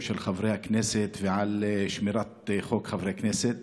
של חברי הכנסת ועל שמירת החוק כלפי חברי הכנסת